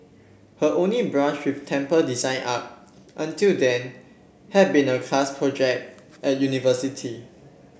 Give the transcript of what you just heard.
her only brush with temple design up until then had been a class project at university